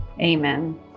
amen